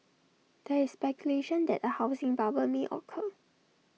there is speculation that A housing bubble may occur